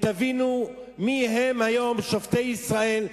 ותבינו מיהם היום שופטי ישראל.